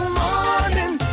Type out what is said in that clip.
morning